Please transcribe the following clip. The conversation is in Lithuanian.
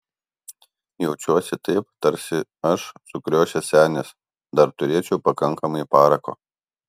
jaučiuosi taip tarsi aš sukriošęs senis dar turėčiau pakankamai parako